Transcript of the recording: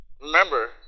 remember